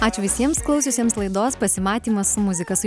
ačiū visiems klausiusiems laidos pasimatymas su muzika su